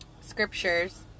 scriptures